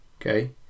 okay